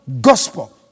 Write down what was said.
gospel